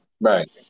Right